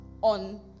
on